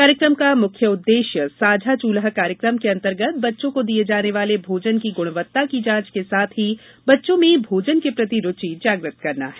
कार्यक्रम का मुख्य उद्वेश्य साझा चल्हा कार्यक्रम के अंतर्गत बच्चों को दिये जाने वाले भोजन की गुणवत्ता की जांच के साथ ही बच्चों में भोजन के प्रति रूचि जाग्रत करना है